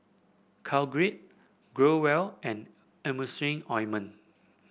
Caltrate Growell and Emulsying Ointment